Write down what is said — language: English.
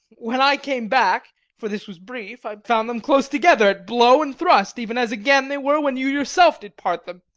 when i came back for this was brief i found them close together, at blow and thrust even as again they were when you yourself did part them.